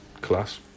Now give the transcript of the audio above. class